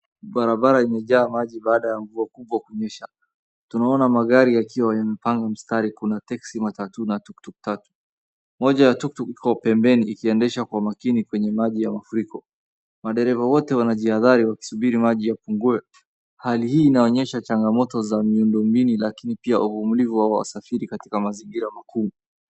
Barabara imejaa maji baada ya mvua kubwa kunyesha. Tunaona magari yakiwa yamepanga mstari, kuna teksi, matatu na tuktuk tatu. Moja ya tuktuk iko pembeni ikiendeshwa Kwa makini kwenye maji ya mafuriko. Madereva wote wanajihadhari wakisubiri maji yapungue. Hali hii inaonyesha changamoto za miundo mingi lakini pia uvumilivu wa wasafiri katika mazingira makuu.